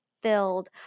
filled